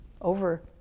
Over